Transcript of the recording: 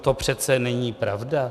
To přece není pravda!